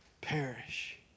perish